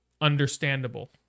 understandable